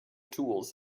tools